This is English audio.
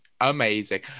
amazing